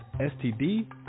STD